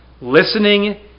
Listening